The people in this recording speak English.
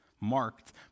marked